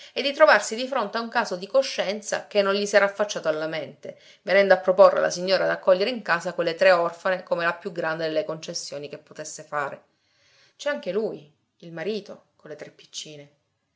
e di trovarsi di fronte a un caso di coscienza che non gli s'era affacciato alla mente venendo a proporre alla signora d'accogliere in casa quelle tre orfane come la più grande delle concessioni che potesse fare c'è anche lui il marito con le tre piccine